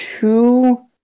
two